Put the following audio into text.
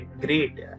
great